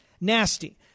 nasty